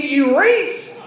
erased